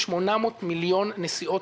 דיון דחוף.